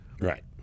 right